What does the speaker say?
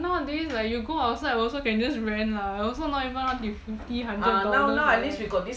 nowadays you go outside also can just rent lah also not even fifty hundred dollars like that